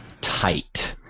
tight